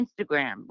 Instagram